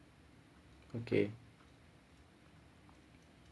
okay